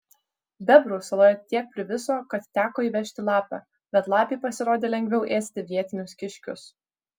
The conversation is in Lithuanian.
bebrų saloje tiek priviso kad teko įvežti lapę bet lapei pasirodė lengviau ėsti vietinius kiškius